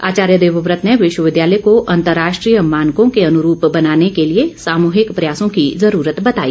आाचार्य देवव्रत ने विश्वविद्यालय को अंतर्राष्ट्रीय मानकों के अनुरूप में बनाने के लिए सामूहिक प्रयासों की जरूरत बताई